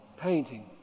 painting